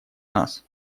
нас